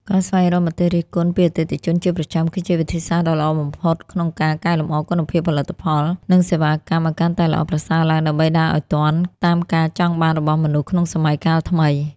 ការស្វែងរកមតិរិះគន់ពីអតិថិជនជាប្រចាំ គឺជាវិធីសាស្ត្រដ៏ល្អបំផុតក្នុងការកែលម្អគុណភាពផលិតផល និងសេវាកម្មឱ្យកាន់តែល្អប្រសើរឡើង ដើម្បីដើរឱ្យទាន់តាមការចង់បានរបស់មនុស្សក្នុងសម័យកាលថ្មី។